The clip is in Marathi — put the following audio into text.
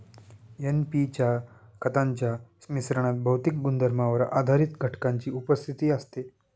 एन.पी च्या खतांच्या मिश्रणात भौतिक गुणधर्मांवर आधारित घटकांची उपस्थिती असते